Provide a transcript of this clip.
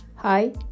Hi